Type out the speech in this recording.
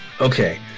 okay